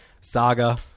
saga